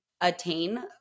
attain